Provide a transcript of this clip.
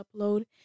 upload